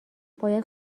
باید